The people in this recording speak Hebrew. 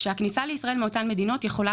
ושהכניסה לישראל מאותן מדינות יכולה